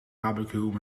barbecue